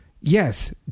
yes